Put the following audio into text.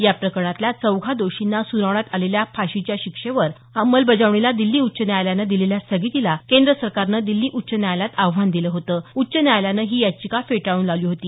या प्रकरणातल्या चौघा दोषींना सुनावण्यात आलेल्या फाशीच्या शिक्षेवर अंमलबजावणीला दिल्ली उच्च न्यायालयानं दिलेल्या स्थगितीला केंद्र सरकारने दिल्ली उच्च न्यायालयात आव्हान दिलं होतं उच्च न्यायालयानं ही याचिका फेटाळून लावली होती